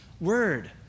word